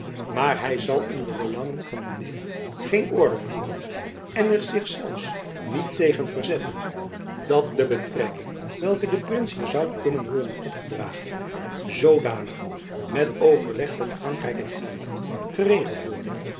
maar hy zal om de belangen van dien neef geen oorlog voeren en er zich zelfs niet tegen verzetten dat de betrekking welke den prins hier zoû kunnen worden opjacob van lennep elizabeth musch gedragen zoodanig met overleg van frankrijk en engeland geregeld worde